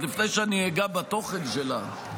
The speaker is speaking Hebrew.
עוד לפני שאני אגע בתוכן שלה,